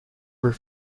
were